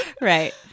Right